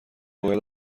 باید